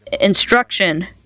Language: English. instruction